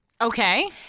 Okay